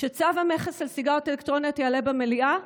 שצו המכס על סיגריות אלקטרוניות יעלה במליאה,